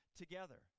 together